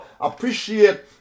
Appreciate